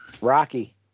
Rocky